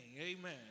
Amen